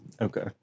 Okay